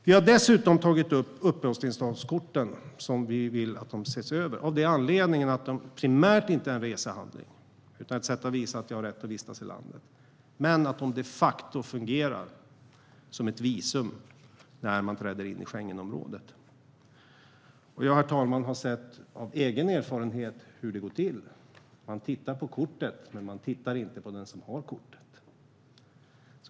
Vi har dessutom tagit upp uppehållstillståndskorten. Vi vill att de ska ses över, och detta av anledningen att de primärt inte är en resehandling utan ett sätt att visa att man har rätt att vistas i landet. De fungerar dock de facto som ett visum när man träder in i Schengenområdet. Herr talman! Jag vet av egen erfarenhet hur det går till. Jag har sett att man tittar på kortet, men man tittar inte på den som har kortet.